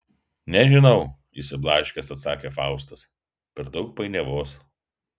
nežinau išsiblaškęs atsakė faustas per daug painiavos